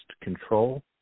control